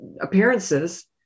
appearances